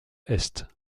est